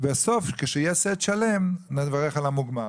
בסוף כשיהיה סט שלם נברך על המוגמר,